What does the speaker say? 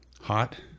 hot